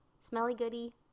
smelly-goody